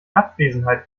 abwesenheit